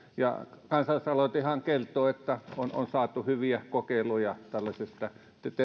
ja kansalaisaloitehan kertoo että on saatu hyviä kokeiluja tällaisesta